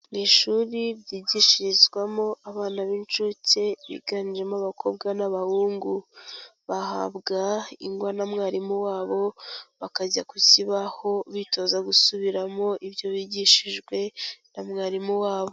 Ni ishuri ryigishirizwamo abana b'inshuke biganjemo abakobwa n'abahungu, bahabwa ingwa na mwarimu wabo, bakajya ku kibaho bitoza gusubiramo ibyo bigishijwe na mwarimu wabo.